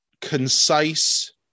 concise